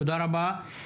תודה רבה.